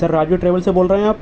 سر Raju travel سے بول رہے ہیں آپ